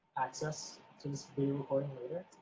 access to this video recording later.